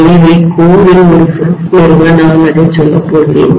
எனவே மையத்தில் கோரில் ஒரு ஃப்ளக்ஸ் நிறுவ நான் அதை சொல்ல போகிறேன்